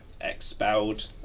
expelled